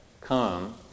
come